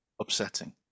upsetting